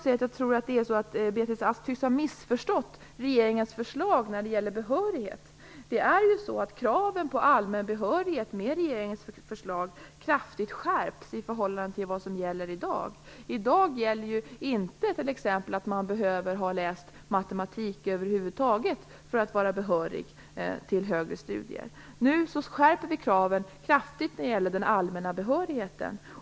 Beatrice Ask tycks ha missförstått regeringens förslag när det gäller behörighet. Med regeringens förslag skärps kraven på behörighet kraftigt i förhållande till vad som gäller i dag. I dag behöver man inte ha läst matematik över huvud taget för att vara behörig till högre studier. Nu skärper vi kraven kraftigt när det gäller den allmänna behörigheten.